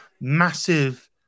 massive